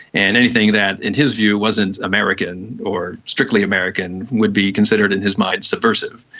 and anything that in his view wasn't american or strictly american would be considered in his mind subversive.